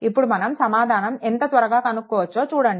ఇప్పుడు మనం సమాధానం ఎంత త్వరగా కనుక్కోవచ్చో చూడండి